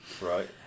Right